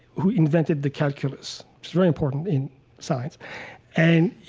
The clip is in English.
who invented the calculus. it's very important in science and,